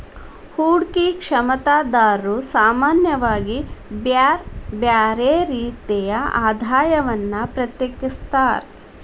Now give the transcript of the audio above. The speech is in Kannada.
ಹೂಡ್ಕಿ ಕಾರ್ಯಕ್ಷಮತಾದಾರ್ರು ಸಾಮಾನ್ಯವಾಗಿ ಬ್ಯರ್ ಬ್ಯಾರೆ ರೇತಿಯ ಆದಾಯವನ್ನ ಪ್ರತ್ಯೇಕಿಸ್ತಾರ್